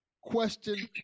Question